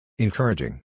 Encouraging